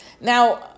Now